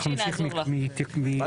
אנחנו נמשיך מ-12.